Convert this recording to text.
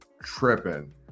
tripping